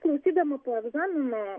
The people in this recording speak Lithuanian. klausydama po egzamino